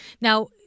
Now